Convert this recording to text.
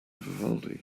vivaldi